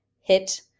hit –